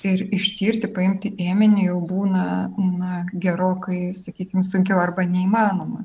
ir ištirti paimti ėminį jau būna na gerokai sakykim sunkiau arba neįmanoma